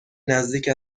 نزدیک